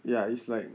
ya it's like